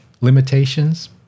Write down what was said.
limitations